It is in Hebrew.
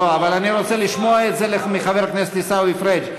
אבל אני רוצה לשמוע את זה מחבר הכנסת עיסאווי פריג'.